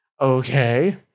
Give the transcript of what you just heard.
Okay